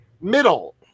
middle